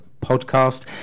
podcast